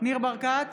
ניר ברקת,